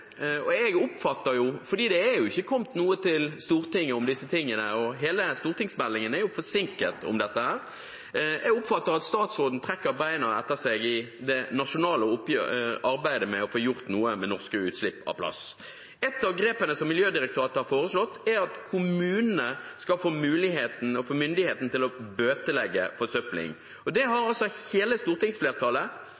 Jeg oppfatter – for det er ikke kommet noe til Stortinget om disse tingene, og hele stortingsmeldingen om dette er forsinket – at statsråden trekker beina etter seg når det gjelder det nasjonale arbeidet med å få gjort noe med norske utslipp av plast. Et av grepene som Miljødirektoratet har foreslått, er at kommunene skal få muligheten og myndigheten til å bøtelegge forsøpling. Det har